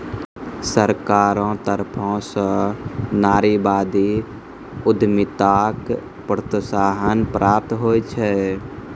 सरकारो तरफो स नारीवादी उद्यमिताक प्रोत्साहन प्राप्त होय छै